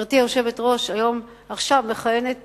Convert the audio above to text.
גברתי היושבת-ראש, עכשיו מכהנת